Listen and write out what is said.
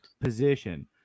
position